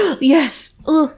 Yes